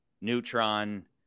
neutron